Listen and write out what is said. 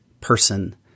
person